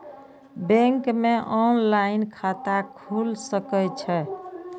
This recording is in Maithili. बैंक में ऑनलाईन खाता खुल सके छे?